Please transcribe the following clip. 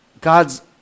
God's